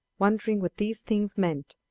wondering what these things meant,